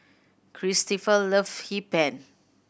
Cristofer love Hee Pan